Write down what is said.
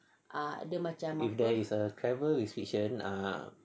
if there is a travel restriction